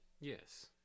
Yes